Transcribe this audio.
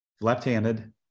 left-handed